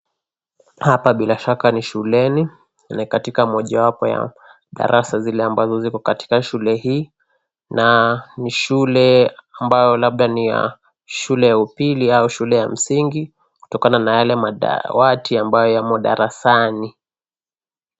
Hapa bila shaka ni shuleni, ni katika mojawapo ya darasa zile ambazo ziko katika shule hii, na ni shule ambayo labda ni ya shule ya upili au shule ya msingi, kutokana na yale madawati ambayo yamo darasani.